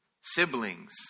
siblings